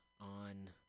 on